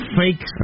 fake